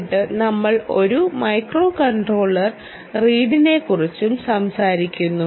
എന്നിട്ട് നമ്മൾ ഒരു മൈക്രോകൺട്രോളർ റീഡിനെക്കുറിച്ചും സംസാരിക്കുന്നു